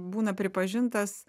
būna pripažintas